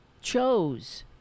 Chose